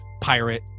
pirate